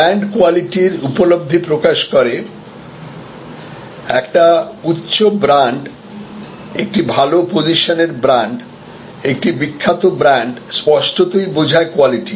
brand কোয়ালিটির উপলব্ধি প্রকাশ করে একটি উচ্চ ব্র্যান্ড একটি ভাল পসিশনের ব্র্যান্ড একটি বিখ্যাত ব্র্যান্ড স্পষ্টতই বোঝায় কোয়ালিটি